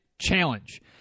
challenge